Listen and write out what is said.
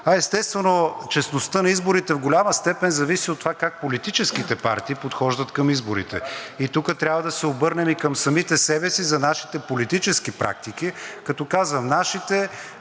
Естествено, честността на изборите в голяма степен зависи от това как политическите партии подхождат към изборите. Тук трябва да се обърнем и към самите себе за нашите политически практики, като казвам нашите,